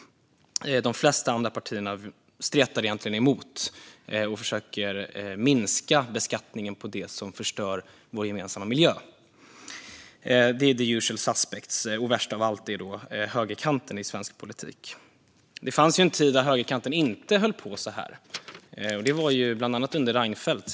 De flesta andra partierna stretar egentligen emot och försöker att minska beskattningen på det som förstör vår gemensamma miljö. Det är the usual suspects, och värst av allt är högerkanten i svensk politik. Det fanns en tid när högerkanten inte höll på så här, bland annat under Reinfeldt.